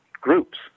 groups